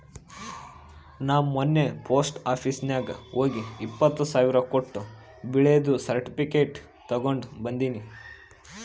ನಾ ಮೊನ್ನೆ post office ನಾಗ್ ಹೋಗಿ ಎಪ್ಪತ್ ಸಾವಿರ್ ಕೊಟ್ಟು ಬೆಳ್ಳಿದು ಸರ್ಟಿಫಿಕೇಟ್ ತಗೊಂಡ್ ಬಂದಿನಿ